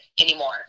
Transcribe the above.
anymore